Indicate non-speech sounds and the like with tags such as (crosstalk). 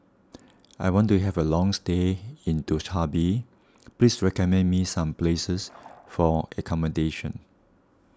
(noise) I want to have a long stay in Dushanbe Please recommend me some places for accommodation